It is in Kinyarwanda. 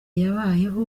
yabayeho